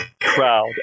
crowd